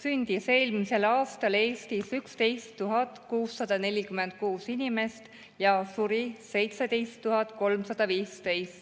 sündis eelmisel aastal Eestis 11 646 inimest ja suri 17 315.